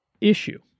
issue